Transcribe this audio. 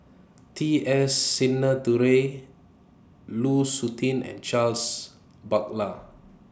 T S Sinnathuray Lu Suitin and Charles Paglar